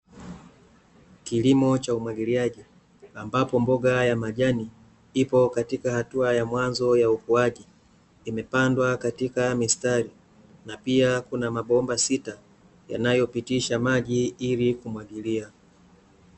Kilimo cha umwagiliaji, ambapo mboga ya majani ipo katika hatua ya mwanzo ya ukuaji, imepandwa katika mistari, na pia kuna mabomba sita, yanayopitisha maji ili kumwagilia.